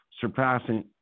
surpassing